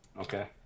okay